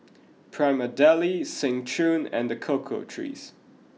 Prima Deli Seng Choon and The Cocoa Trees